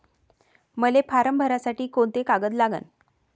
मले फारम भरासाठी कोंते कागद लागन?